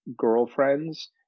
girlfriends